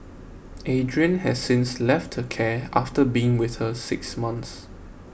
Adrian has since left her care after being with her six months